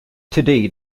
today